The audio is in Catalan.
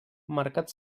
mercat